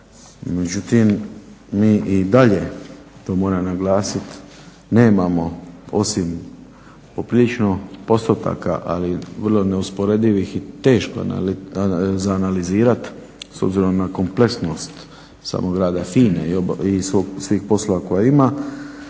Međutim, mi i dalje to moram naglasiti nemamo osim poprilično postotaka, ali vrlo neusporedivih i teško za analizirati s obzirom na kompleksnost samog rada FINA-e i svih poslova koje ima